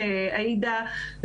עאידה,